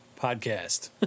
Podcast